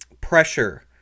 pressure